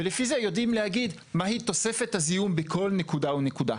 ולפי זה יודעים לומר מהי תוספת הזיהום בכל נקודה ונקודה.